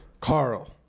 Carl